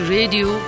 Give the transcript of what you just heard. Radio